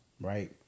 right